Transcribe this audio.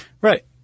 Right